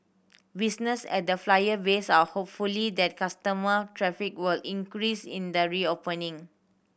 business at the Flyer base are hopeful that customer traffic will increase in the reopening